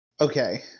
Okay